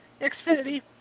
Xfinity